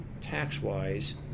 tax-wise